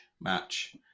match